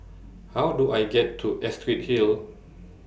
How Do I get to Astrid Hill